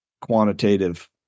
quantitative